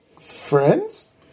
Friends